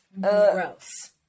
Gross